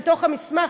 בתוך המסמך,